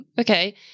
Okay